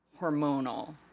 hormonal